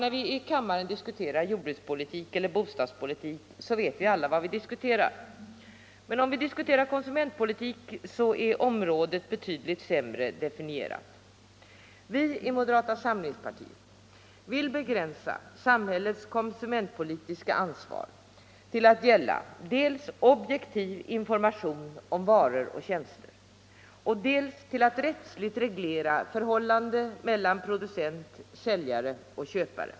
När vi i kammaren diskuterar jordbrukspolitik eller bostadspolitik vet alla vad vi diskuterar. Men om vi diskuterar konsumentpolitik är området betydligt sämre definierat. Vi i moderata samlingspartiet vill begränsa samhällets konsumentpolitiska ansvar till dels att gälla objektiv information om varor och tjänster, dels att rättsligt reglera förhållandena mellan producent, säljare och köpare.